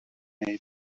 wnei